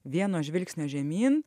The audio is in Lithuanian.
vieno žvilgsnio žemyn